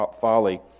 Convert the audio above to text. folly